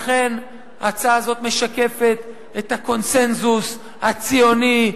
לכן ההצעה הזאת משקפת את הקונסנזוס הציוני,